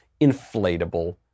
inflatable